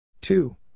Two